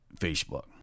Facebook